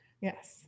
Yes